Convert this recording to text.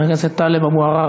חבר הכנסת טלב אבו עראר,